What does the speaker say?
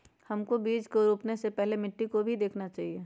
हमको बीज को रोपने से पहले मिट्टी को भी देखना चाहिए?